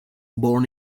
born